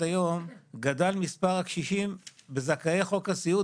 היום גדל מספר הקשישים וזכאי חוק הסיעוד